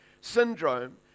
syndrome